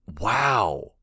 Wow